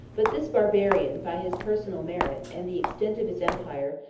but this barbarian, by his personal merit, and the extent of his empire,